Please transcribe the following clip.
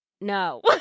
No